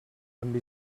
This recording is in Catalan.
amb